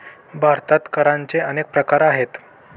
भारतात करांचे अनेक प्रकार आहेत